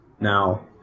now